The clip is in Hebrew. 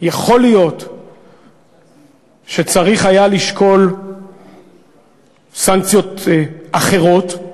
יכול להיות שצריך היה לשקול סנקציות אחרות.